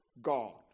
God